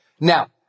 Now